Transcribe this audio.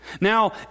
Now